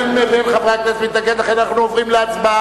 אין מי מבין חברי מתנגד, לכן אנחנו עוברים להצבעה.